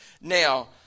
Now